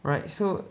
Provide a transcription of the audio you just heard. right so